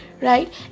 right